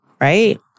right